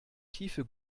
tiefe